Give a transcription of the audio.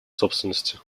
собственности